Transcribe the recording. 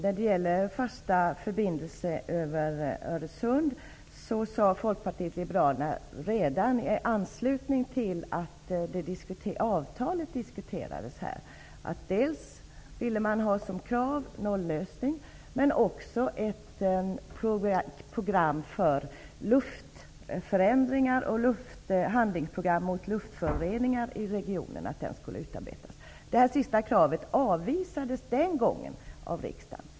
Fru talman! Folkpartiet liberalerna hade redan i anslutning till att avtalet om en fast förbindelse över Öresund diskuterades krav på dels en nollösning, dels att ett handlingsprogram mot luftföroreningar i regionen skulle utarbetas. Det senare kravet avvisades den gången av riksdagen.